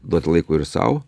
duot laiko ir sau